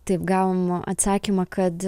taip gaunu atsakymą kad